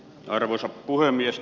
arvoisa puhemies